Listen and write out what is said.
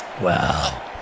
Wow